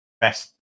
best